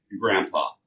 Grandpa